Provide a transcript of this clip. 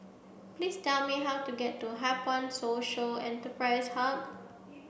please tell me how to get to HighPoint Social Enterprise Hub